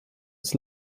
its